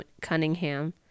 Cunningham